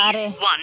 ᱟᱨᱮ